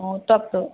অ টপটো